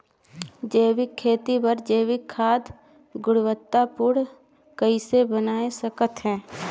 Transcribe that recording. जैविक खेती बर जैविक खाद गुणवत्ता पूर्ण कइसे बनाय सकत हैं?